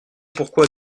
pourquoi